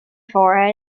for